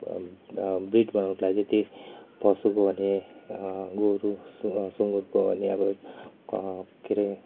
breed बनाउनुको लागि त्यही पशुको अनि गोरु सुङ्गुरको अनि के अरे